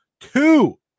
two